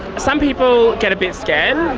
some people get a bit scared,